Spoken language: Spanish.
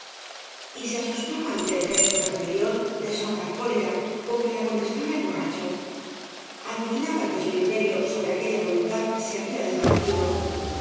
y se asustaba ante ei gesto de rebelión de sorda cólera con que la contestaba el borracho adivinaba que su imperio sobre aquella voluntad se había desvanecido